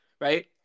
right